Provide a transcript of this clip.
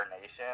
Nation